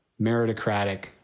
meritocratic